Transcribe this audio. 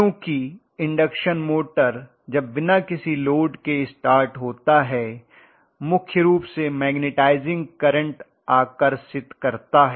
क्योंकि induction motor जब बिना किसी लोड के स्टार्ट होता है मुख्य रूप से मैग्नेटाइजिंग करंट आकर्षित करता है